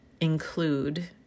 include